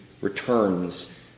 returns